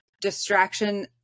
distraction